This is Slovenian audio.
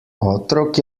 otrok